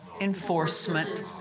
enforcement